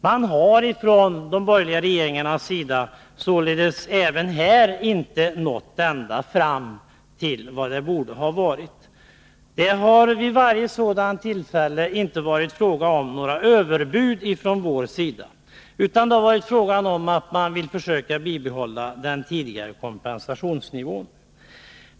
Man har således även här icke nått ända fram till vad det borde ha varit. Det har inte vid något tillfälle varit fråga om några överbud från vår sida, utan det har varit fråga om att försöka bibehålla den tidigare kompensationsnivån.